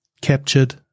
Captured